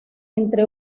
entre